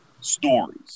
stories